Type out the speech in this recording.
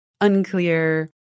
unclear